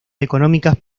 económicas